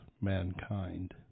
mankind